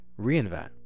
reInvent